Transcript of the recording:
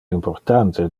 importante